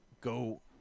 go